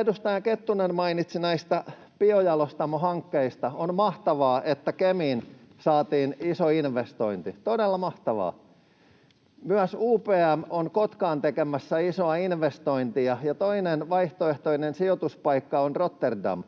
edustaja Kettunen mainitsi näistä biojalostamohankkeista, on mahtavaa, että Kemiin saatiin iso investointi. Todella mahtavaa. Myös UPM on Kotkaan tekemässä isoa investointia, ja toinen vaihtoehtoinen sijoituspaikka on Rotterdam.